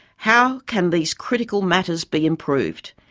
how can these critical matters be improved?